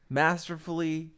masterfully